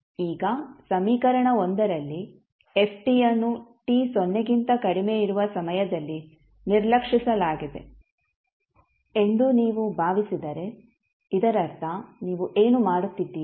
ಈಗ ಸಮೀಕರಣ ರಲ್ಲಿ f ಅನ್ನು t ಸೊನ್ನೆಗಿಂತ ಕಡಿಮೆ ಇರುವ ಸಮಯದಲ್ಲಿ ನಿರ್ಲಕ್ಷಿಸಲಾಗಿದೆ ಎಂದು ನೀವು ಭಾವಿಸಿದರೆ ಇದರರ್ಥ ನೀವು ಏನು ಮಾಡುತ್ತಿದ್ದೀರಿ